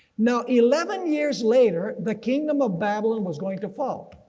now eleven years later the kingdom of babylon was going to fall.